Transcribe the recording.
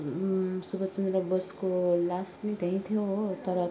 सुभाषचन्द्र बोसको लास पनि त्यहीँ थियो हो तर